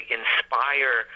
inspire